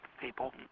people